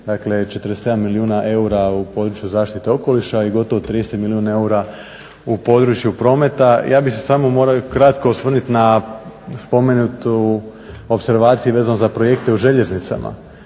dakle 47 milijuna eura u području zaštite okoliša i gotovo 30 milijuna eura u području prometa. Ja bih se samo morao kratko osvrnuti na spomenutu opservaciju vezano za projekte u željeznicama.